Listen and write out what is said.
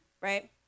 right